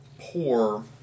poor